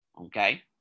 okay